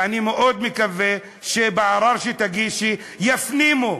ואני מאוד מקווה שבערר שתגישי יפנימו,